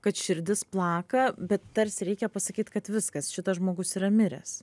kad širdis plaka bet tarsi reikia pasakyt kad viskas šitas žmogus yra miręs